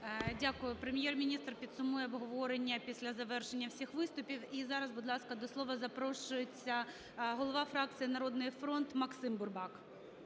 Дякую. Прем’єр-міністр підсумує обговорення після завершення всіх виступів. І зараз, будь ласка, до слова запрошується голова фракції "Народний фронт" Максим Бурбак.